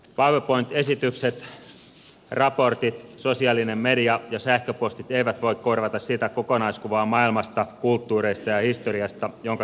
powerpoint esitykset raportit sosiaalinen media ja sähköpostit eivät voi korvata sitä kokonaiskuvaa maailmasta kulttuureista ja historiasta jonka kirjallisuus tarjoaa